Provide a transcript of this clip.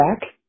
back